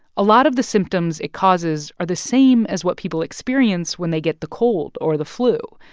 a lot of the symptoms it causes are the same as what people experience when they get the cold or the flu.